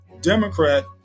Democrat